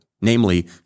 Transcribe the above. namely